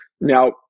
now